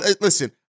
listen